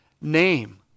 name